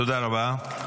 תודה רבה.